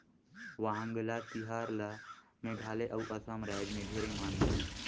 वांगला तिहार ल मेघालय अउ असम रायज मे ढेरे मनाथे